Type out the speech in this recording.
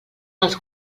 els